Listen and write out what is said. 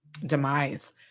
demise